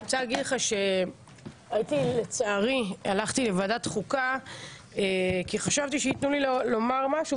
אני רוצה לומר שהלכתי לוועדת החוקה כי חשבתי שייתנו לי לומר משהו.